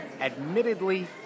admittedly